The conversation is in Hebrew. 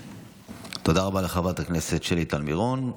תודה רבה לחברת הכנסת שלי טל מירון.